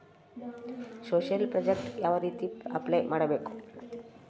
Social project ಯಾವ ರೇತಿ apply ಮಾಡಬೇಕು?